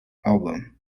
album